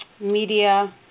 media